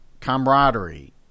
camaraderie